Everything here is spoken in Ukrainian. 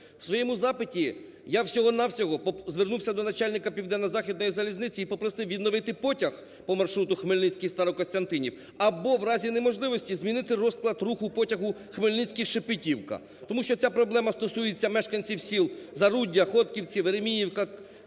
У своєму запиті я всього-на-всього звернувся до начальника Південно-Західної залізниці і попросив відновити потяг по маршруту Хмельницький-Старокостянтинів або, в разі неможливості, змінити розклад руху потягу Хмельницький-Шепетівка, тому що ця проблема стосується мешканців сіл Заруддя, Хотьківці, Вереміївка,